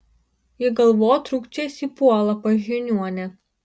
ji galvotrūkčiais įpuola pas žiniuonę